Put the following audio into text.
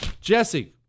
JESSE